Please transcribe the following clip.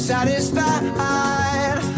Satisfied